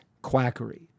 quackery